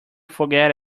forget